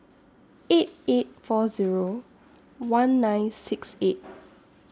eight eight four Zero one nine six eight